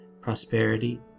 prosperity